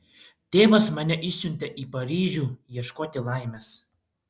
tėvas mane išsiuntė į paryžių ieškoti laimės